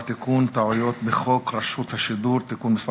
תיקון טעויות בחוק רשות השידור (תיקון מס'